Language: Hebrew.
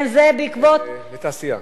כן, זה בעקבות, לתעשייה.